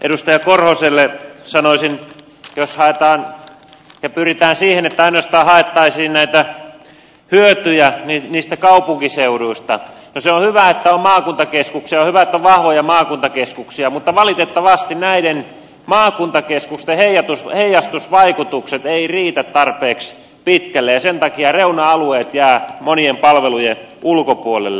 edustaja korhoselle sanoisin että jos pyritään siihen että ainoastaan haettaisiin näitä hyötyjä niistä kaupunkiseuduista niin se on hyvä että on maakuntakeskuksia on hyvä että on vahvoja maakuntakeskuksia mutta valitettavasti näiden maakuntakeskusten heijastusvaikutukset eivät riitä tarpeeksi pitkälle ja sen takia reuna alueet jäävät monien palvelujen ulkopuolelle